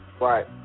right